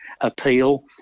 appeal